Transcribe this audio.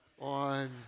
on